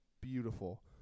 Beautiful